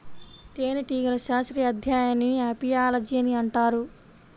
తేనెటీగల శాస్త్రీయ అధ్యయనాన్ని అపియాలజీ అని అంటారు